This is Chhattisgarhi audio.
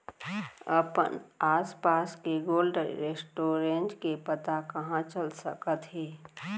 अपन आसपास के कोल्ड स्टोरेज के पता कहाँ चल सकत हे?